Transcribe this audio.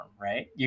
right